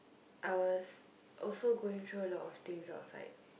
I was also going through a lot of things outside